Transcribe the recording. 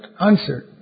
answered